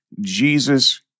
Jesus